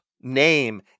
name